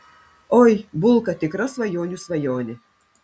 oi bulka tikra svajonių svajonė